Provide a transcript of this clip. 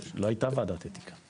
לא הייתה ועדת אתיקה.